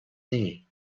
knee